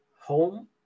home